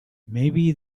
maybe